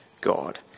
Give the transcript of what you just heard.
God